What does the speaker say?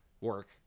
work